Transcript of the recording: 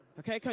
okay.